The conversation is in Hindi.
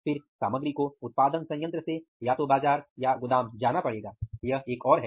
फिर सामग्री को उत्पादन सयंत्र से या तो बाजार या गोदाम जाना पड़ेगा यह एक और है